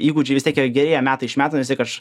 įgūdžiai vis tiek jie gerėja metai iš metų nes vis tiek aš